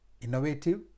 innovative